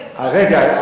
רגע,